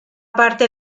parte